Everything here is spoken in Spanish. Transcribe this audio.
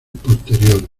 posteriores